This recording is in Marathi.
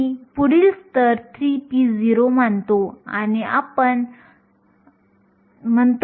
गतिशीलतेसाठी वैशिष्ट्यपूर्ण एकके हे मीटर चौरस व्होल्ट प्रति सेकंद आहे